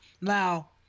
Now